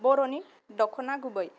बर'नि दख'ना गुबै